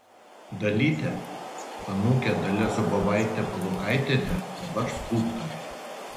dalytė anūkė dalia zubovaitė palukaitienė dabar skulptorė